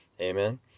Amen